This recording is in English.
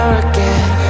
again